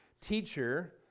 Teacher